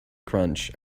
crunch